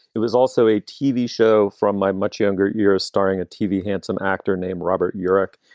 who is also a tv show. from my much younger years starring a tv handsome actor named robert urich,